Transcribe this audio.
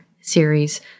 series